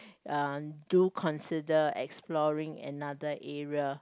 uh do consider exploring another area